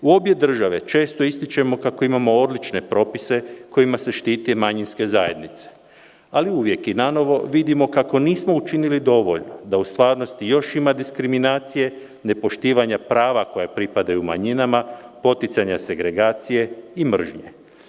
U obje države često ističemo kako imamo odlične propise kojima se štite manjinske zajednice, ali uvjek i nanovo vidimo kako nismo učinili dovoljno, da u stvarnosti još ima diskriminacije, nepoštivanja prava koja pripadaju manjinama, poticanje segregacije i mržnje.